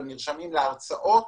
הם נרשמים להרצאות,